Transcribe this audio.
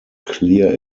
clear